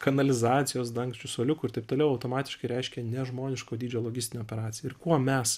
kanalizacijos dangčių suoliukų ir taip toliau automatiškai reiškia nežmoniško dydžio logistinę operaciją ir kuo mes